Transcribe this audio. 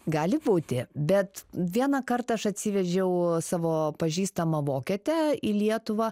gali būti bet vieną kartą aš atsivežiau savo pažįstamą vokietę į lietuvą